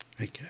Okay